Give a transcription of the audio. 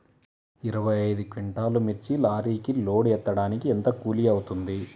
ఇరవై ఐదు క్వింటాల్లు మిర్చి లారీకి లోడ్ ఎత్తడానికి ఎంత కూలి అవుతుంది?